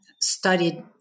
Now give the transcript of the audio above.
studied